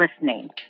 listening